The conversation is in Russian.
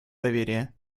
доверие